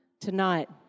Tonight